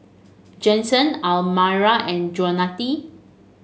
Jensen Almyra and